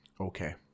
okay